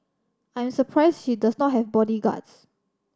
I am surprised she does not have bodyguards